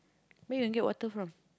where you get water from